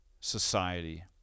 society